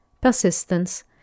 persistence